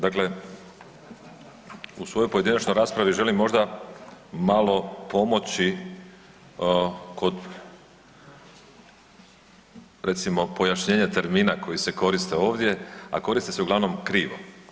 Dakle, u svojoj pojedinačnoj raspravi želim možda malo pomoći kod recimo pojašnjenja termina koji se koriste ovdje a koriste se uglavnom krivo.